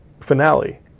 finale